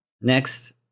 Next